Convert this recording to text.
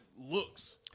looks